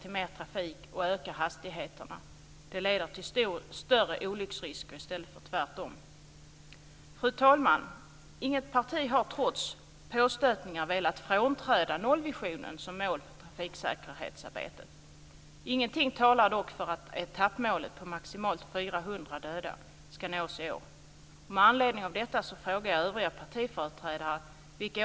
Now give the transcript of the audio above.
Det är inte bara så att det blir billigare och skapar ett bättre klimat. Det kan också få till stånd en helt annan inställning till trafiksäkerhetsarbete. Man ska ständigt försöka att göra det bättre i stället för att hänga kvar i det gamla.